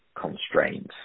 constraints